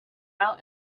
out